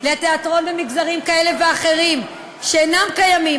לתיאטרון במגזרים כאלה ואחרים שאינם קיימים.